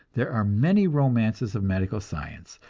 there are many romances of medical science,